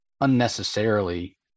unnecessarily